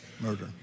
Murder